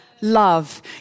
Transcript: love